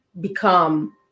become